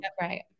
Right